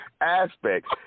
aspects